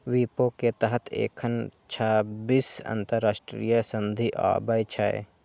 विपो के तहत एखन छब्बीस अंतरराष्ट्रीय संधि आबै छै